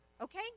Okay